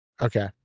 Okay